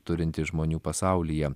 turintys žmonių pasaulyje